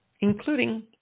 including